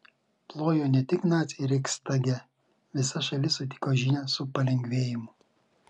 plojo ne tik naciai reichstage visa šalis sutiko žinią su palengvėjimu